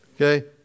Okay